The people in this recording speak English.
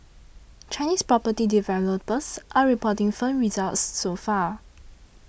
Chinese property developers are reporting firm results so far